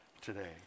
today